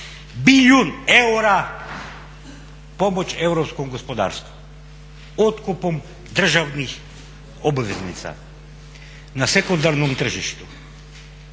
Bilijun eura pomoć europskom gospodarstvu otkupom državnih obveznica na sekundarnom tržištu.